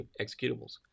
executables